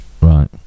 Right